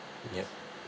yup